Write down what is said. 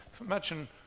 Imagine